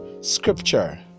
scripture